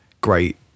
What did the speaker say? great